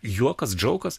juokas džaukas